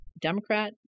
Democrat